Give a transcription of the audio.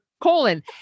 colon